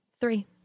Three